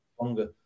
longer